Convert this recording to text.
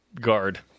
guard